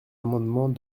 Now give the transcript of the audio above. amendement